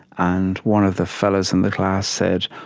and one of the fellows in the class said,